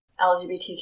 LGBTQ